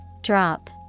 Drop